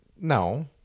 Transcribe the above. no